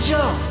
Joe